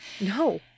No